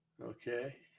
okay